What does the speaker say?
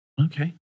Okay